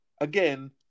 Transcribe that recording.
Again